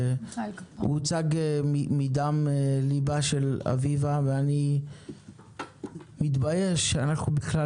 הוא הוצג מדם ליבה של אביבה ואני מתבייש שאנחנו בכלל